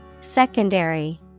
secondary